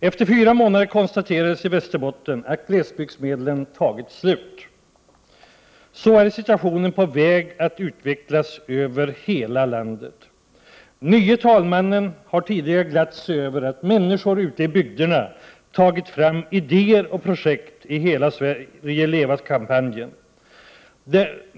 Efter fyra månader konstaterades i Västerbotten att glesbygdsmedlen tagit slut. Så är situationen på väg att utvecklas över hela landet. Den nye talmannen har tidigare glatt sig över att människor ute i bygderna tagit fram idéer och projekt i ”Hela Sverige skall leva”-kampanjen.